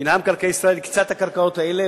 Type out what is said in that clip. מינהל מקרקעי ישראל הקצה את הקרקעות האלה,